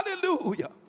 Hallelujah